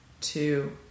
two